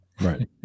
Right